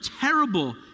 terrible